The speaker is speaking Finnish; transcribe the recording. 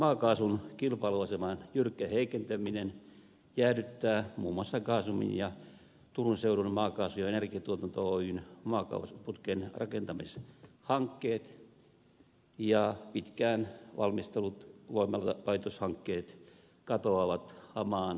maakaasun kilpailuaseman jyrkkä heikentäminen jäädyttää muun muassa gasumin ja turun seudun maakaasu ja energiantuotanto oyn maakaasuputken rakentamishankkeet ja pitkään valmistellut voimalaitoshankkeet katoavat hamaan horisonttiin